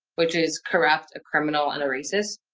which is corrupt, a criminal and a racist.